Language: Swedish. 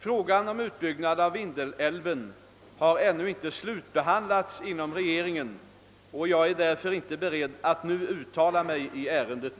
Frågan om utbyggnad av Vindelälven har ännu inte slutbehandlats inom regeringen. Jag är därför inte beredd att nu uttala mig i ärendet.